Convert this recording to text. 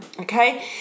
okay